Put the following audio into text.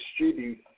distribute